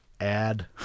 add